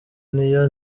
niyo